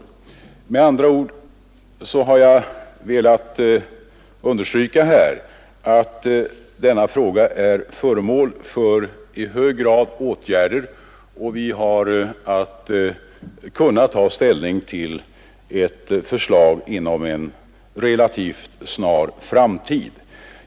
Jag har med andra ord här velat understryka att denna fråga är i hög grad föremål för åtgärder, och vi har att ta ställning till ett förslag inom en relativt snar framtid.